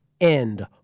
end